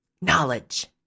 knowledge